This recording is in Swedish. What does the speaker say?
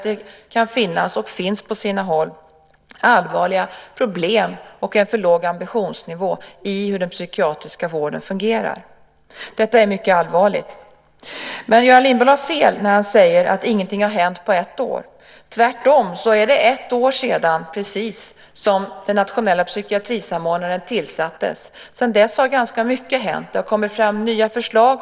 Det finns också på sina håll allvarliga problem och en för låg ambitionsnivå i hur den psykiatriska vården fungerar. Detta är mycket allvarligt. Men Göran Lindblad har fel när han säger att ingenting har hänt på ett år. Tvärtom är det precis ett år sedan som den nationella psykiatrisamordnaren tillsattes. Sedan dess har ganska mycket hänt. Det har kommit fram nya förslag.